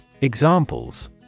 Examples